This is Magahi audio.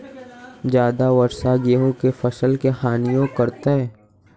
ज्यादा वर्षा गेंहू के फसल के हानियों करतै?